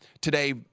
today